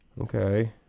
okay